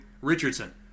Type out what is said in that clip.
Richardson